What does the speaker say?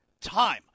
time